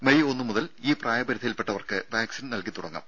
May ഒന്നു മുതൽ ഈ പ്രായപരിധിയിൽപ്പെട്ടവർക്ക് വാക്സിൻ നൽകിത്തുടങ്ങും